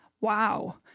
wow